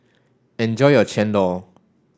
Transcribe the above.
enjoy your Chendol